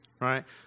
right